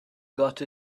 got